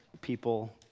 people